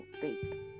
big